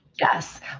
Yes